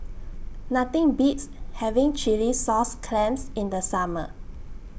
Nothing Beats having Chilli Sauce Clams in The Summer